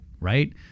right